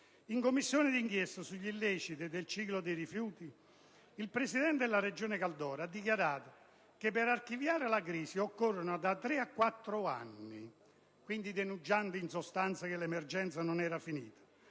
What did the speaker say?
In Commissione di inchiesta sugli illeciti connessi al ciclo dei rifiuti, il presidente della Regione, Stefano Caldoro, ha dichiarato che per archiviare la crisi occorrono da tre a quattro anni, denunciando in sostanza che l'emergenza non era finita